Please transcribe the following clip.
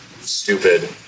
stupid